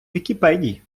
вікіпедій